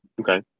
Okay